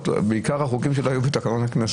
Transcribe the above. נבקש לקבל תיאור ממשרד המשפטים או